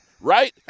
right